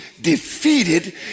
defeated